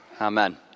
Amen